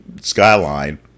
skyline